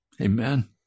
Amen